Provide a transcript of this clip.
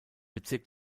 bezirk